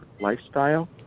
lifestyle